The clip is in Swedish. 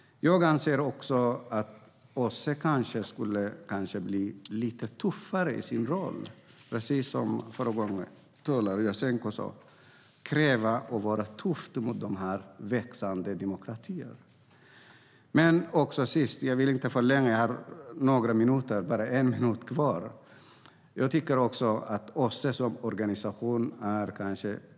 Jag anser också att OSSE kanske skulle bli lite tuffare i sin roll. Precis som föregående talare Jasenko sa skulle man kunna vara tuff mot växande demokratier. Till sist tycker jag att det behövs förbättringar i OSSE som organisation.